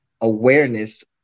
awareness